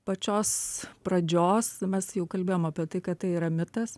pačios pradžios mes jau kalbėjom apie tai kad tai yra mitas